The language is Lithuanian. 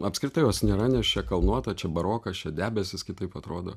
apskritai jos nėra nes čia kalnuota čia barokas čia debesys kitaip atrodo